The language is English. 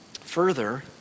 Further